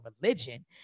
religion